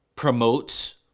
promotes